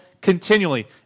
continually